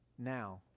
now